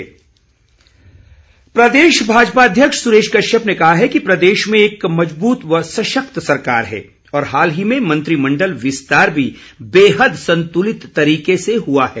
सुरेश कश्यप प्रदेश भाजपा अध्यक्ष सुरेश कश्यप ने कहा है कि प्रदेश में एक मज़बूत व सशक्त सरकार है और हाल ही में मंत्रिमण्डल विस्तार भी बेहद संतुलित तरीके से हुआ है